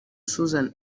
susan